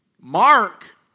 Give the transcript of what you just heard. Mark